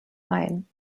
ein